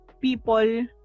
people